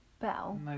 bell